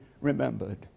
remembered